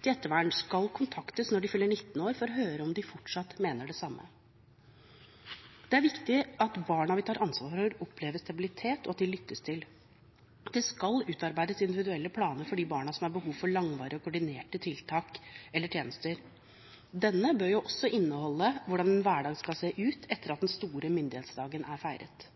til ettervern, skal kontaktes når de fyller 19 år, for å høre om de fortsatt mener det samme. Det er viktig at barna vi tar ansvaret for, opplever stabilitet, og at de lyttes til. Det skal utarbeides individuell plan for de barna som har behov for langvarige og koordinerte tiltak eller tjenester. Denne bør også inneholde hvordan hverdagen skal se ut etter at den store myndighetsdagen er feiret.